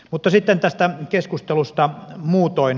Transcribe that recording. mutta sitten tästä keskustelusta muutoin